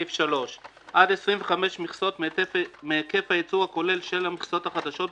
" עד 25 מכסות מהיקף הייצור הכולל של המכסות החדשות,